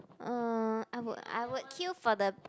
uh I would I would queue for the